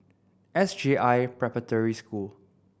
S J I Preparatory School